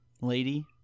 lady